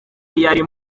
yari